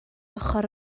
ochr